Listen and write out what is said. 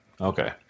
Okay